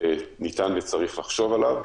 ניתן וצריך לחשוב עליו,